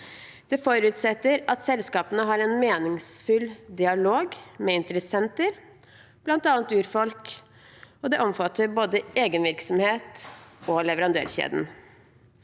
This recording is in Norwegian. Det forutsetter at selskapene har en meningsfull dialog med interessenter, bl.a. urfolk, og det omfatter både egen virksomhet og leverandørkjeden.